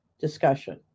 discussion